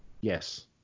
Yes